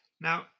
Now